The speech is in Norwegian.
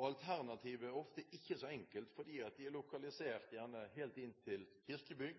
og alternativet er ofte ikke så enkelt, fordi de gjerne er lokalisert helt inntil kirkebygg